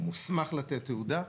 הוא מוסמך לתת תעודה,